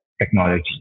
technology